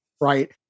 right